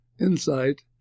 Insight